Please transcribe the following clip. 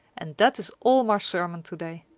and that is all my sermon to-day.